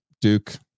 duke